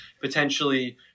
potentially